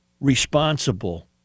responsible